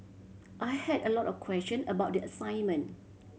I had a lot of question about the assignment